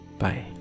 bye